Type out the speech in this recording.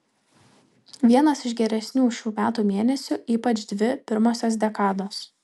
vienas iš geresnių šių metų mėnesių ypač dvi pirmosios dekados